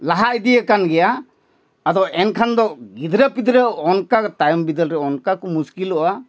ᱞᱟᱦᱟ ᱤᱫᱤᱭᱮᱫ ᱠᱟᱱ ᱜᱮᱭᱟ ᱟᱫᱚ ᱮᱱᱠᱷᱟᱱ ᱫᱚ ᱜᱤᱫᱽᱨᱟᱹᱼᱯᱤᱫᱽᱨᱟᱹ ᱚᱱᱠᱟ ᱛᱟᱭᱚᱢ ᱵᱤᱫᱟᱹᱞᱨᱮ ᱚᱱᱠᱟ ᱠᱚ ᱢᱩᱥᱠᱤᱞᱚᱜᱼᱟ